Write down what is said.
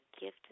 gift